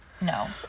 No